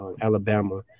Alabama